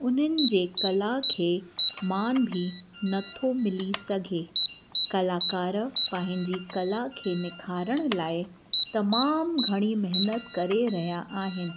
उन्हनि जे कला खे मान बि नथो मिली सघे कलाकारु पंहिंजी कला खे निखारण लाइ तमामु घणी महिनत करे रहिया आहिनि